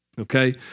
Okay